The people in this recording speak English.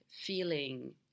feeling